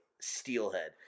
Steelhead